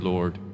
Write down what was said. Lord